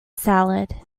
salad